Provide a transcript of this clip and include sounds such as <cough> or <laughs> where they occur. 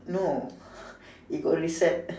no <laughs> it got reset